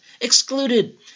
excluded